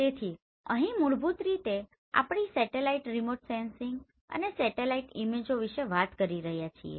તેથી અહીં મૂળભૂત રીતે આપણે સેટેલાઇટ રિમોટ સેન્સિંગ અને સેટેલાઇટ ઈમેજો વિશે વાત કરી રહ્યા છીએ